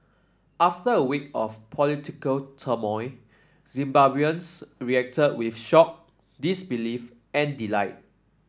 after a week of political turmoil Zimbabweans reacted with shock disbelief and delight